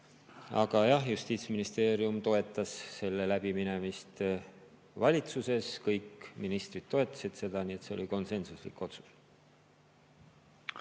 Aga jah, Justiitsministeerium toetas selle läbiminemist valitsuses. Kõik ministrid toetasid seda, nii et see oli konsensuslik otsus.